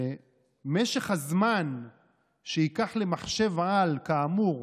ומשך הזמן שייקח למחשב-על, כאמור,